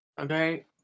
Okay